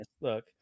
Look